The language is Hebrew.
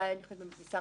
די בשר